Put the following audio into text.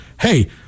hey